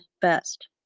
best